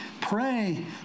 pray